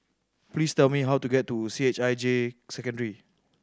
please tell me how to get to C H I J Secondary